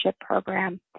program